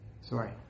sorry